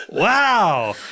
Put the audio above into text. Wow